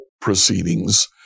proceedings